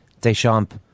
Deschamps